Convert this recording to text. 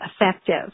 effective